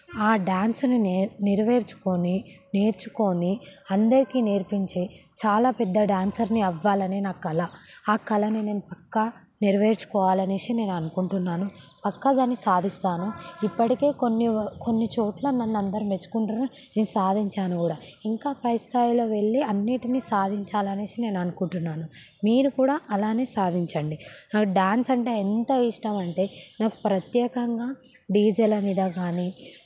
ఆ డాన్స్ని నేర్ నెరవేర్చుకొని నేర్చుకొని అందరికీ నేర్పించే చాలా పెద్ద డాన్సర్ని అవ్వాలని నా కల ఆ కలని నేను పక్క నెరవేర్చుకోవాలనేసి నేను అనుకుంటున్నాను పక్కగానే సాధిస్తాను ఇప్పటికే కొన్ని కొన్ని చోట్ల నన్ను అందరు మెచ్చుకుంటుండ్రు నేను సాధించాను కూడా ఇంకా పై స్థాయిలో వెళ్లి అన్నీ అన్నిటిని సాధించాలని నేను అనుకుంటున్నాను మీరు కూడా అలానే సాధించండి నాకు డాన్స్ అంటే ఎంత ఇష్టం అంటే నాకు ప్రత్యేకంగా డీజేలు అనేది కానీ